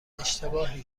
اشتباهی